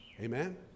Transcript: Amen